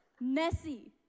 Messy